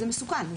זה מסוכן.